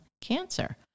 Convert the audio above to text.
cancer